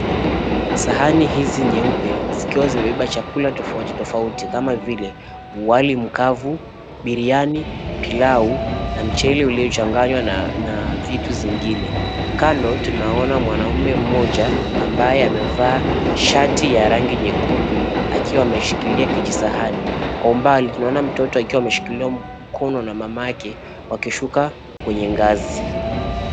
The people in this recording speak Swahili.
Sahani hizi nyeupe zikiwa zimebeba chakula tofauti tofauti kama vile wali mkavu, biriani, pilau na mchele uliochanganywa na vitu zingine. Kando tunaona mwanaume mmoja ambaye amevaa shati ya rangi nyekundu akiwa ameshikilia kijisahani. Kwa umbali tunaona mtoto akiwa ameshikiliwa mkono na mamake wakishuka kwenye ngazi.